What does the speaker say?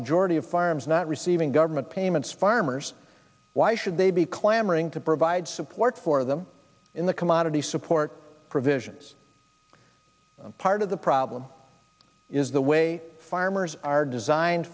majority of farms not receiving government payments farmers why should they be clamoring to provide support for them in the commodity support provisions part of the problem is the way farmers are designed